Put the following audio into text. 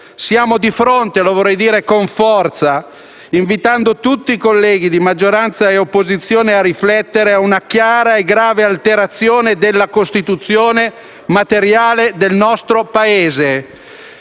Siamo di fronte - vorrei dirlo con forza, invitando tutti i colleghi di maggioranza e opposizione a riflettere - ad una chiara e grave alterazione della Costituzione materiale del nostro Paese.